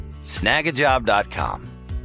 snagajob.com